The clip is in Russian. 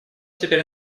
теперь